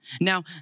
Now